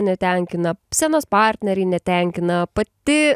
netenkina scenos partneriai netenkina pati